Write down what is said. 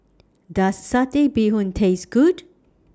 Does Satay Bee Hoon Taste Good